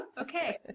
okay